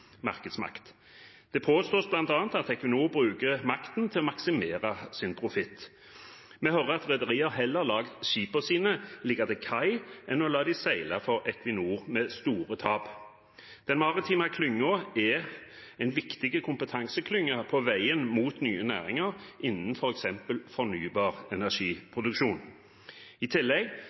markedsmakt. Det påstås bl.a. at Equinor bruker makten til å maksimere sin profitt. Vi hører at rederier heller lar skipene sine ligge til kai enn å la dem seile for Equinor – med store tap. Den maritime klyngen er en viktig kompetanseklynge på veien mot nye næringer innen f.eks. fornybar energiproduksjon. I tillegg